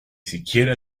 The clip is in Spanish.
siquiera